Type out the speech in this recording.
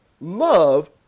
Love